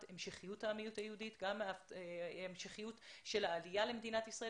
המשך העמיות היהודית וגם המשכיות של העלייה למדינת ישראל.